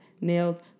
nails